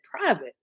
private